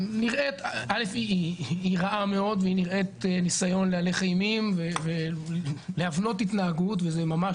א' היא רעה מאוד והיא נראית ניסיון להלך אימים ולהבנות התנהגות וזה ממש